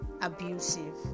abusive